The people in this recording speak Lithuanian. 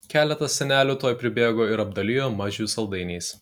keletas senelių tuoj pribėgo ir apdalijo mažių saldainiais